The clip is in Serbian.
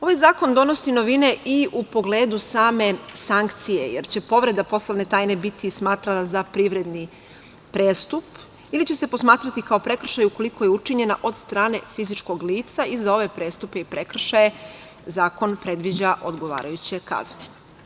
Ovaj zakon donosi novine i u pogledu same sankcije, jer će povreda poslovne tajne biti smatrana za privredni prestup ili će se posmatrati kao prekršaj, ukoliko je učinjena od strane fizičkog lica i za ove prestupe i prekršaje zakon predviđa odgovarajuće kazne.